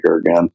again